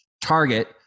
target